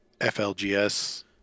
FLGS